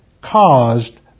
caused